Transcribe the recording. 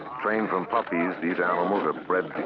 trained from puppies, these animals are bred